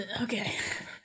Okay